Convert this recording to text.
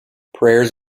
prayers